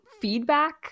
feedback